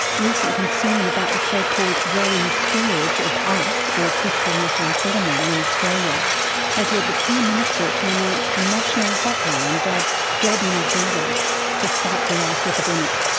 recent concern about the so-called growing scourge of ice or crystal methamphetamine in australia has led the prime minister to announce a national hotline dubbed dob in a dealer to fight the ice epidemic.